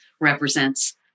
Represents